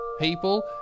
people